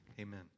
Amen